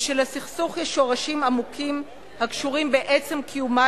ושלסכסוך יש שורשים עמוקים הקשורים בעצם קיומה